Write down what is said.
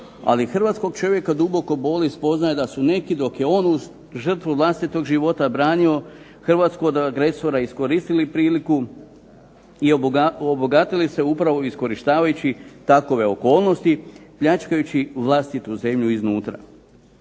Ali hrvatskog čovjeka duboko boli spoznaja da su neki dok je on uz žrtvu vlastitog života branio Hrvatsku od agresora, iskoristili priliku i obogatili se upravo iskorištavajući takove okolnosti pljačkajući vlastitu zemlju iznutra.